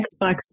Xbox